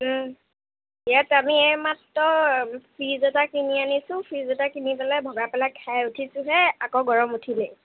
ইয়াত আমি এইমাত্ৰ ফিজ এটা কিনি আনিছো ফিজ এটা কিনি পেলাই ভগাই পেলাই খাই উঠিছোহে আকৌ গৰম উঠিলেই